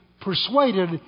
persuaded